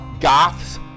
goths